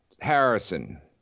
Harrison